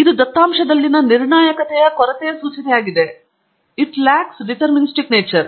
ಇದು ದತ್ತಾಂಶದಲ್ಲಿನ ನಿರ್ಣಾಯಕತೆಯ ಕೊರತೆಯ ಸೂಚನೆಯಾಗಿದೆ ಅಲ್ಲದೆ